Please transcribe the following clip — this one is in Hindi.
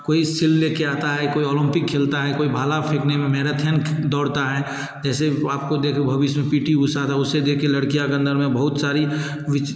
कोई सिल लेके आता है कोई ओलम्पिक खेलता है कोई भाला फेंकने में मेरेथन दौड़ता है जैसे आपको देख भविष्य में पी टी ऊषा उसे देखके लडकियाँ के अन्दर में बहुत सारी